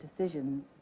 decisions